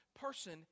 person